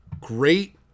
Great